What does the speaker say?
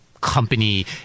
company